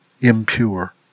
impure